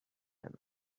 him